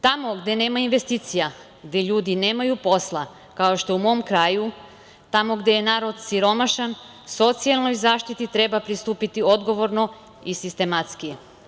Tamo gde nema investicija, gde ljudi nemaju posla, kao što je u mom kraju, tamo gde je narod siromašan, socijalnoj zaštiti treba pristupiti odgovorno i sistematski.